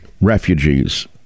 refugees